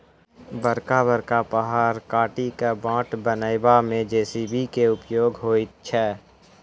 बड़का बड़का पहाड़ काटि क बाट बनयबा मे जे.सी.बी के उपयोग होइत छै